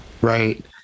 Right